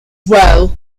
well